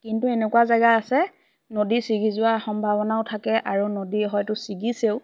কিন্তু এনেকুৱা জেগা আছে নদী ছিগি যোৱা সম্ভাৱনাও থাকে আৰু নদী হয়তো ছিগিছেও